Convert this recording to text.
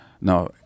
now